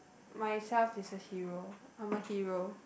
myself is a hero I'm a hero